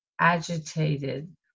agitated